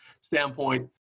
standpoint